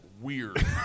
weird